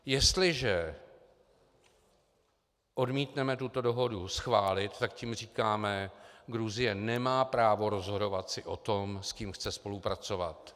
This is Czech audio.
Jestliže odmítneme tuto dohodu schválit, tak tím říkáme: Gruzie nemá právo rozhodovat si o tom, s kým chce spolupracovat.